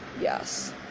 yes